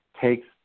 takes